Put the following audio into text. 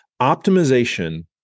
Optimization